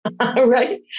Right